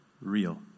real